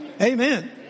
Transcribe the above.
Amen